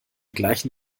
gleichen